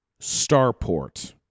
Starport